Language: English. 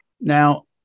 Now